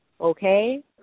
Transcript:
okay